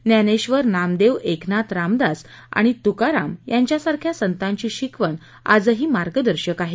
ज्ञानेश्वर नामदेव एकनाथ रामदास आणि तुकाराम यांच्यासारख्या संतांची शिकवण आजही मार्गदर्शक आहे